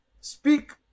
Speak